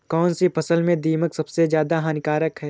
कौनसी फसल में दीमक सबसे ज्यादा हानिकारक है?